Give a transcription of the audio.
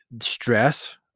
stress